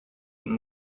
und